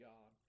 God